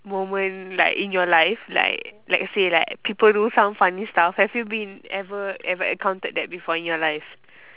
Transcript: moment like in your life like let's say like people do some funny stuff have you been ever ever encountered that before in your life